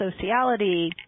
sociality